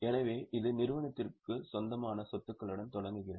எனவே இது நிறுவனத்திற்குச் சொந்தமான சொத்துகளுடன் தொடங்குகிறது